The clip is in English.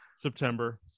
september